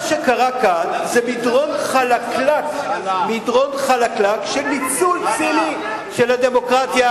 מה שקרה כאן זה מדרון חלקלק של ניצול ציני של הדמוקרטיה.